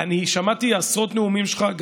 אני שמעתי עשרות נאומים שלך,